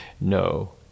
No